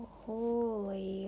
holy